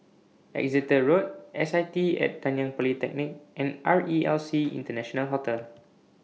Exeter Road S I T Nanyang Polytechnic and R E L C International Hotel